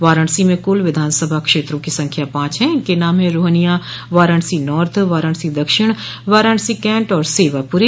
वाराणसी में कुल विधानसभा क्षेत्रों की संख्या पांच है इनके नाम है रोहनिया वाराणसी नार्थ वाराणसी दक्षिण वाराणसी कैंट और सेवापुरी